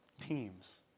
teams